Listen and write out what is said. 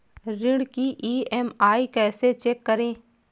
ऋण की ई.एम.आई कैसे चेक करें?